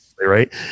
right